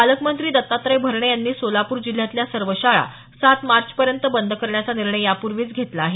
पालकमंत्री दत्तात्रय भरणे यांनी बुधवारी सोलापूर जिल्ह्यातल्या सर्व शाळा सात मार्च पर्यंत बंद करण्याचा निर्णय यापूर्वीच घेतला आहे